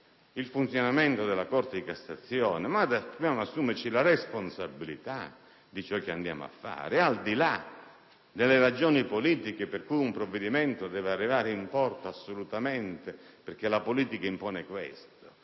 il funzionamento della Corte di cassazione. Dobbiamo assumerci la responsabilità di ciò che intendiamo fare, al di là delle ragioni politiche secondo cui un provvedimento deve arrivare in porto assolutamente perché ciò è imposto